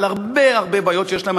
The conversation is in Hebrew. על הרבה הרבה בעיות שיש להם,